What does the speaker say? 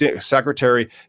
Secretary